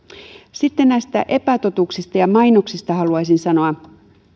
sitten näistä epätotuuksista ja mainoksista haluaisin sanoa kun